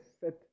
set